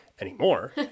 anymore